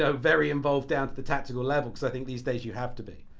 ah very involved down to the tactical level. cause i think these days you have to be.